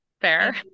fair